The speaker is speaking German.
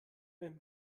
wenn